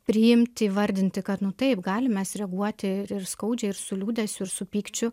priimti įvardinti kad nu taip galim reaguoti ir skaudžiai ir su liūdesiu ir su pykčiu